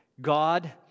God